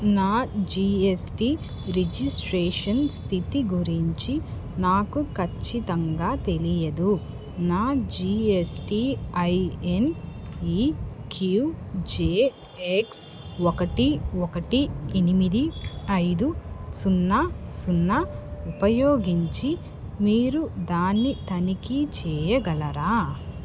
నా GST registration స్థితి గురించి నాకు ఖచ్చితంగా తెలియదు నా జిఎస్టిఐఎన్ ఈక్యూజేఎక్స్ ఒకటి ఒకటి ఎనిమిది ఐదు సున్నా సున్నా ఉపయోగించి మీరు దాన్ని తనిఖీ చెయ్యగలరా